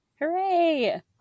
Hooray